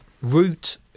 Root